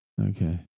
Okay